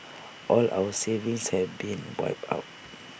all our savings have been wiped out